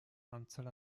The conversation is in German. anzahl